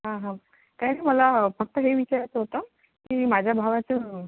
हां हां काय ना मला फक्त हे विचारायचं होतं की माझ्या भावाचं